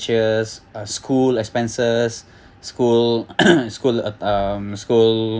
uh school expenses school school uh um school